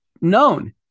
known